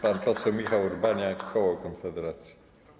Pan poseł Michał Urbaniak, koło Konfederacja.